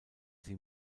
sie